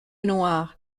noir